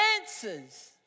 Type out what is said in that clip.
answers